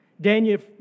Daniel